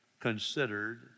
considered